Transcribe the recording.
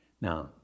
Now